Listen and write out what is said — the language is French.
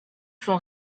son